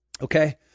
Okay